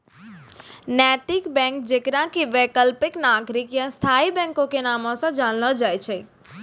नैतिक बैंक जेकरा कि वैकल्पिक, नागरिक या स्थायी बैंको के नामो से जानलो जाय छै